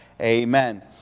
Amen